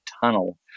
tunnel